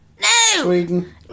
Sweden